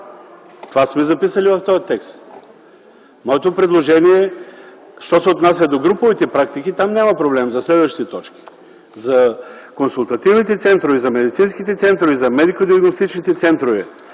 Това сме записали в този текст. Моето предложение, що се отнася до груповите практики там няма проблем, за консултативните центрове, за медицинските центрове, за медико-диагностичните центрове